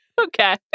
Okay